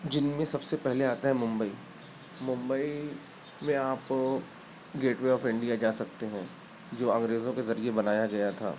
جن میں سب سے پہلے آتا ہے ممبئی ممبئی میں آپ گیٹ وے آف انڈیا جا سکتے ہو جو انگریزوں کے ذریعے بنایا گیا تھا